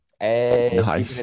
Hey